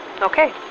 Okay